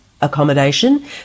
accommodation